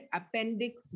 appendix